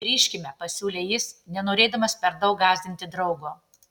grįžkime pasiūlė jis nenorėdamas per daug gąsdinti draugo